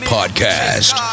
Podcast